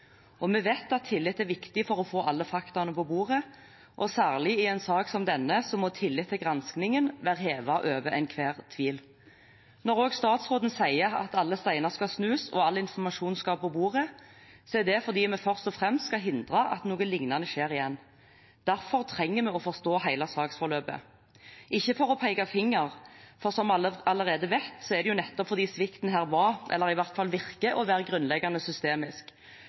utvalget. Vi vet at tillit er viktig for å få alle fakta på bordet, og særlig i en sak som denne må tillit til granskningen være hevet over enhver tvil. Når også statsråden sier at alle steiner skal snus, og at all informasjon skal på bordet, er det fordi vi først og fremst skal hindre at noe lignende skjer igjen. Derfor trenger vi å forstå hele saksforløpet. Det er ikke for å peke finger, for som alle allerede vet, er det nettopp fordi svikten her var – eller i hvert fall virker å være – grunnleggende systemisk.